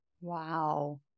Wow